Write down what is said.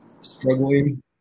struggling